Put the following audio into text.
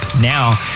now